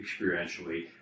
experientially